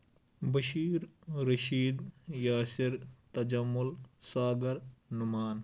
Bashir Rashid Yasir Tajamul Sagar Numan